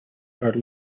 are